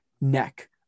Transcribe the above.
neck